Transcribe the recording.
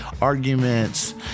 arguments